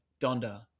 Donda